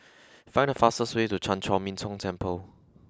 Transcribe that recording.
find the fastest way to Chan Chor Min Tong Temple